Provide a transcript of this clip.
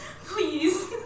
Please